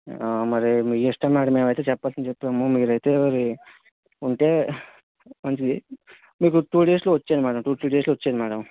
మరి మీ ఇష్టం మేడం మేమైతే చెప్పాల్సింది చెప్పాము మీరైతే ఉంటే మంచిది మీకు టు డేస్లో వచ్చేయండి మేడం టు త్రీ డేస్లో వచ్చేయండి మేడం